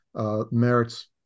Merit's